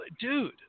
dude